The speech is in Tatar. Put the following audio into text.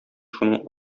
шуның